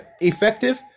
effective